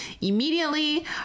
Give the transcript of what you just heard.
immediately